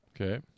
Okay